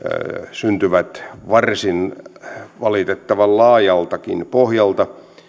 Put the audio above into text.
syntyvät valitettavan laajaltakin pohjalta